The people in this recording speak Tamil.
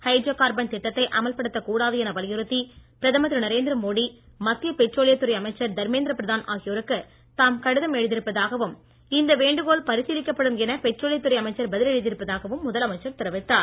ஹைட்ரோ கார்பன் திட்டத்தை அமல்படுத்த கூடாது என வலியுறுத்தி பிரதமர் திரு நரேந்திர மோடி மத்திய பெட்ரோலியத் துறை அமைச்சர் தர்மேந்திர பிரதான் ஆகியோருக்கு தாம் கடிதம் எழுதியிருப்பதாகவும் இந்த வேண்டுகோள் பரிசீலிக்கப்படும் என பெட்ரோலியத்துறை அமைச்சர் பதில் எழுதி இருப்பதாகவும் முதலமைச்சர் தெரிவித்தார்